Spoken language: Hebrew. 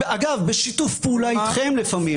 אגב, בשיתוף פעולה איתכם לפעמים.